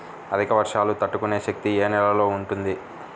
అధిక వర్షాలు తట్టుకునే శక్తి ఏ నేలలో ఉంటుంది?